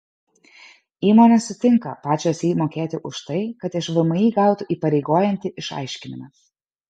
įmonės sutinka pačios jį mokėti už tai kad iš vmi gautų įpareigojantį išaiškinimą